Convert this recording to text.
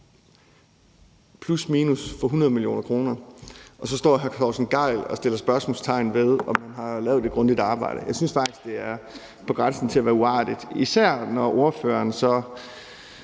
plus/minus 100 mio. kr., står hr. Torsten Gejl og sætter spørgsmålstegn ved, om man har lavet et grundigt arbejde. Jeg synes faktisk, det er på grænsen til at være uartigt, især når hr. Torsten Gejl